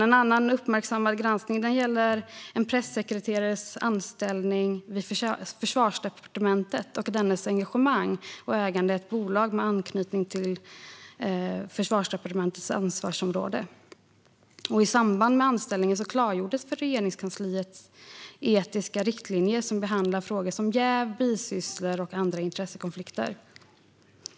En annan uppmärksammad granskning gäller en pressekreterares anställning vid Försvarsdepartementet och dennas engagemang och ägande i ett bolag med anknytning till Försvarsdepartementets ansvarsområde. I samband med anställningen klargjordes Regeringskansliets etiska riktlinjer som behandlar frågor som jäv, bisysslor och andra intressekonflikter.